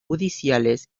judiciales